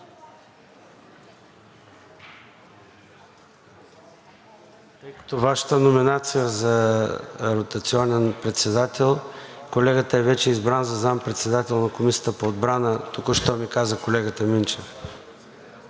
комисия. Вашата номинация за ротационен председател – колегата вече е избран за заместник-председател на Комисията по отбрана, току-що ми каза колегата Минчев.